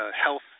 health